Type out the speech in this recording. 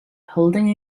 holding